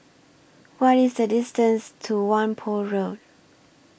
What IS The distance to Whampoa Road